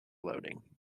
loading